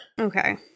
Okay